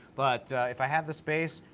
but if i have the space,